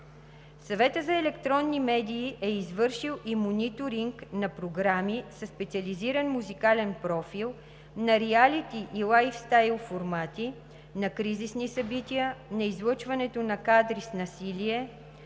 Съветът за електронни медии е извършил и мониторинг на програми със специализиран музикален профил, на риалити и лайфстайл формати, на кризисни събития, на излъчването на кадри с насилие,